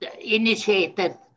initiated